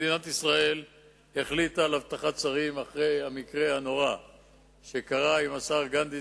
מדינת ישראל החליטה על אבטחת שרים אחרי המקרה הנורא שקרה עם השר גנדי,